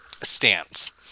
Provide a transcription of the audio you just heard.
stance